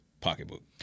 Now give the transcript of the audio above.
pocketbook